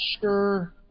sure